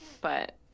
But-